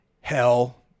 hell